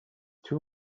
two